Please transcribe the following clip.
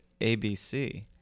ABC